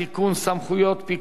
סמכויות פיקוח),